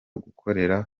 gukorera